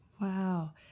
Wow